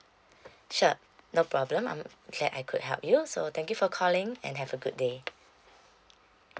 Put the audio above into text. sure no problem I'm glad I could help you so thank you for calling and have a good day